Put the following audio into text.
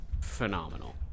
phenomenal